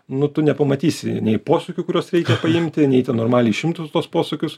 nu tu nepamatysi nei posūkių kuriuos reikia paimti nei normaliai išimt tu tuos posūkius